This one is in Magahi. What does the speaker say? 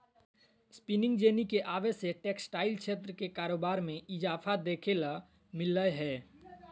स्पिनिंग जेनी के आवे से टेक्सटाइल क्षेत्र के कारोबार मे इजाफा देखे ल मिल लय हें